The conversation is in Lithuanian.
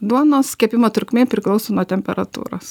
duonos kepimo trukmė priklauso nuo temperatūros